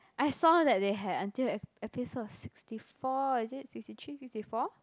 I saw that they had until ep~ episode sixty four is it sixty three sixty four